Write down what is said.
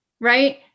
right